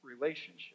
relationship